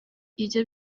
ibyo